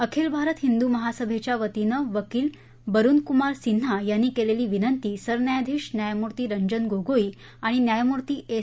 आखिल भारत हिंदू महासभेच्या वतीनं वकील बरुन कुमार सिन्हा यांनी केलेली विनंती सरन्यायाधीश न्यायमूर्ती रंजन गोगोई आणि न्यायमूर्ती एस